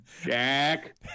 Jack